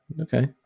okay